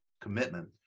commitment